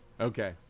Okay